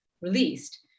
released